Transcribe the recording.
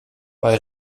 bei